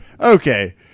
okay